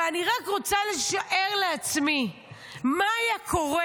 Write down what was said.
ואני רק רוצה לשער לעצמי מה היה קורה